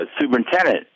superintendent